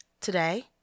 Today